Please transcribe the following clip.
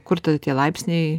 kur tie laipsniai